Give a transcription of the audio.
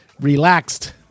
relaxed